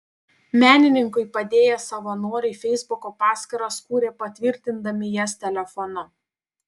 menininkui padėję savanoriai feisbuko paskyras kūrė patvirtindami jas telefonu